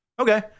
Okay